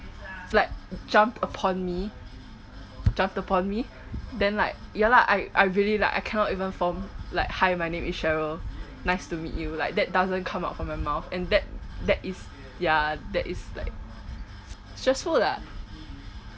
like jumped upon me jumped upon me then like ya lah I I really like I cannot even form like hi my name is cheryl nice to meet you like that doesn't come out from my mouth and that that is ya that is like stressful lah